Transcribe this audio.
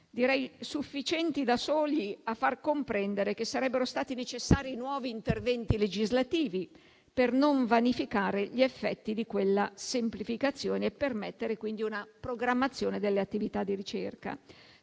direi sufficienti da soli a far comprendere che sarebbero stati necessari nuovi interventi legislativi per non vanificare gli effetti di quella semplificazione e permettere, quindi, una programmazione delle attività di ricerca.